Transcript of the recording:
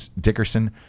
dickerson